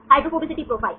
hydrophobicity profile